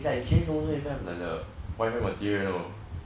ya james also don't have like the boyfriend material